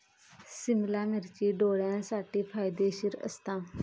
सिमला मिर्ची डोळ्यांसाठी फायदेशीर असता